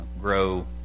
grow